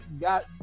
got